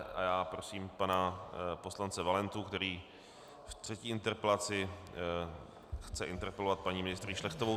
A já prosím pana poslance Valentu, který v třetí interpelaci chce interpelovat paní ministryní Šlechtovou.